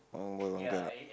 one boy one girl ah